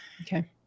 Okay